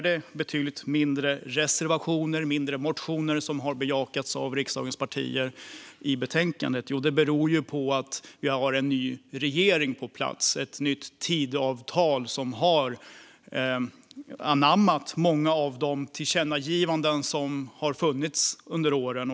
Det är betydligt färre reservationer och motioner från riksdagens partier i betänkandet. Jo, det beror på att vi har en ny regering på plats och ett nytt Tidöavtal där man anammat många av de tillkännagivanden som gjorts under åren.